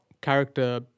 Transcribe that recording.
character